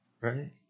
right